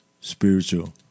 spiritual